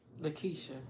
Lakeisha